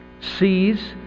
sees